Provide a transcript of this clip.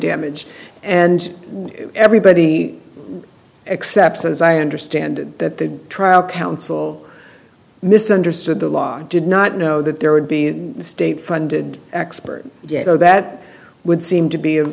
damage and everybody exceptions i understand that the trial counsel misunderstood the law did not know that there would be a state funded expert though that would seem to be